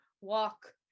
walk